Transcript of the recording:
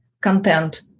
content